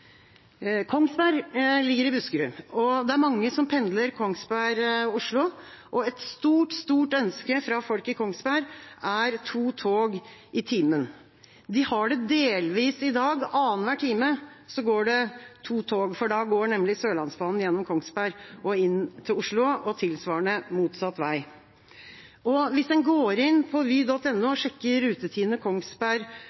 Kongsberg ligger i Buskerud, og det er mange som pendler Kongsberg–Oslo. Et stort, stort ønske fra folk i Kongsberg er to tog i timen. De har det delvis i dag. Annenhver time går det to tog, for da går nemlig Sørlandsbanen gjennom Kongsberg og inn til Oslo, tilsvarende motsatt vei. Hvis en går inn på